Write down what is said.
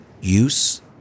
use